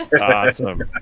Awesome